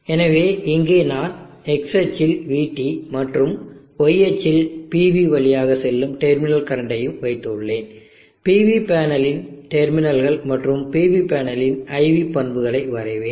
எனவே இங்கே நான் X அச்சில் vT மற்றும் Y அச்சில் PV வழியாக செல்லும் டெர்மினல் கரண்டையும் வைத்துள்ளேன் pv பேனலின் டெர்மினல்கள் மற்றும் pv பேனலின் IV பண்புகளை வரைவேன்